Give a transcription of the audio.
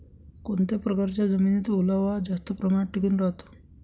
कोणत्या प्रकारच्या जमिनीत ओलावा हा जास्त प्रमाणात टिकून राहतो?